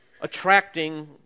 attracting